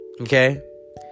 okay